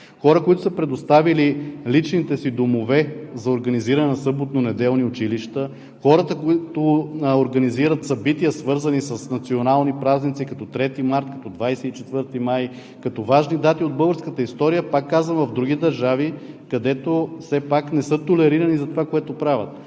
хора, които са предоставили личните си домове за организиране на съботно-неделни училища, хора, които организират събития, свързани с националните празници като 3-ти март, 24-ти май, като важни дати от българската история, пак казвам, в други държави, където все пак не са толерирани за това, което правят.